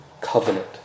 covenant